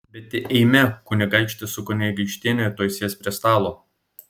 bet eime kunigaikštis su kunigaikštiene tuoj sės prie stalo